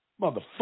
Motherfucker